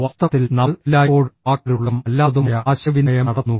വാസ്തവത്തിൽ നമ്മൾ എല്ലായ്പ്പോഴും വാക്കാലുള്ളതും അല്ലാത്തതുമായ ആശയവിനിമയം നടത്തുന്നു